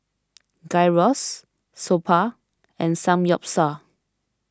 Gyros Soba and Samgyeopsal